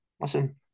listen